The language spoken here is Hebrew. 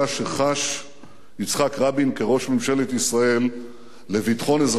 יצחק רבין כראש ממשלת ישראל לביטחון אזרחי ישראל,